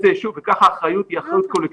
יישוב וכך האחריות היא אחריות קולקטיבית.